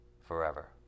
forever